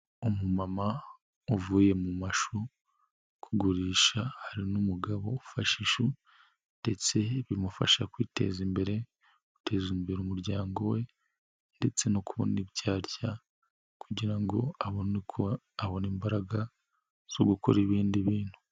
Umumama uvuye mu mashu, kugurisha hari n'umugabo ufashe ishu, ndetse bimufasha kwiteza imbere, guteza imbere umuryango we, ndetse no kubona ibyo arya, kugira ngo abone uko abona imbaraga, zo gukora ibindi bintu.